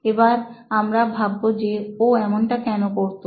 এবার আমরা ভাববো যে ও এমনটা কেন করতো